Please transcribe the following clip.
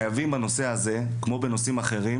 חייבים בנושא הזה כמו בנושאים אחרים